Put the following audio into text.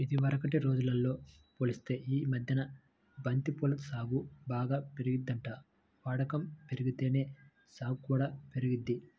ఇదివరకటి రోజుల్తో పోలిత్తే యీ మద్దెన బంతి పూల సాగు బాగా పెరిగిందంట, వాడకం బెరిగితేనే సాగు కూడా పెరిగిద్ది